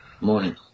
morning